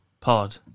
pod